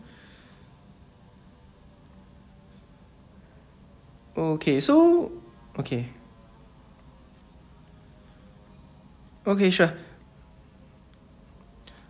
okay so okay okay sure